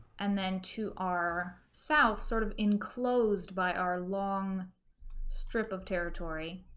and then to our south, sort of enclosed by our long strip of territory,